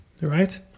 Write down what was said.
Right